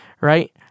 right